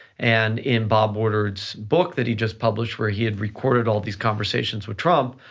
and in bob woodward's book that he just published, where he had recorded all these conversations with trump,